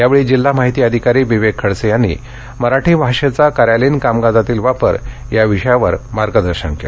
यावेळी जिल्हा माहिती अधिकारी विवेक खडसे यांनी मराठी भाषेचा कार्यालयीन कामकाजातील वापर या विषयावर मार्गदर्शन केलं